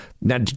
Now